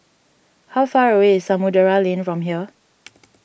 how far away is Samudera Lane from here